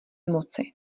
moci